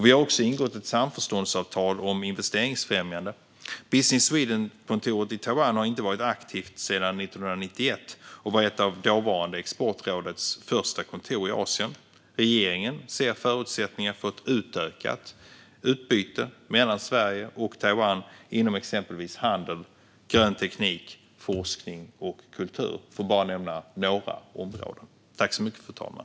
Vi har också ingått ett samförståndsavtal om investeringsfrämjande. Business Sweden-kontoret i Taiwan har varit aktivt sedan 1991 och var ett av dåvarande Exportrådets första kontor i Asien. Regeringen ser förutsättningar för ett utökat utbyte mellan Sverige och Taiwan inom exempelvis handel, grön teknik, forskning och kultur, för att bara nämna några områden.